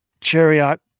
Chariot